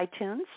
iTunes